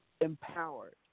Empowered